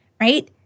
right